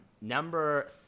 number